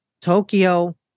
Tokyo